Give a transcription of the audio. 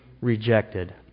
rejected